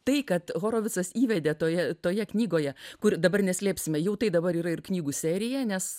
tai kad horovicas įvedė toje toje knygoje kur dabar neslėpsime jų tai dabar yra ir knygų serija nes